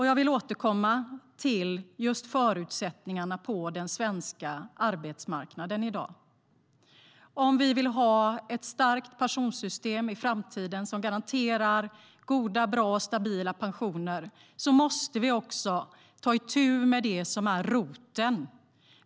Jag vill återkomma till just förutsättningarna på den svenska arbetsmarknaden i dag. Om vi i framtiden vill ha ett starkt pensionssystem som garanterar goda, bra och stabila pensioner måste vi ta itu med det som är roten.